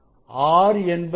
R என்பது என்ன